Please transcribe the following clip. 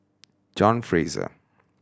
John Fraser